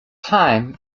time